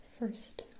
first